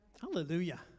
Hallelujah